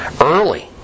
Early